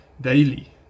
daily